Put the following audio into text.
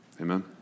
Amen